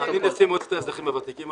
אני נשיא מועצת האזרחים הוותיקים.